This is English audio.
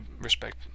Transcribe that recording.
respect